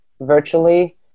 virtually